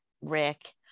Rick